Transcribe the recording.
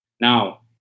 Now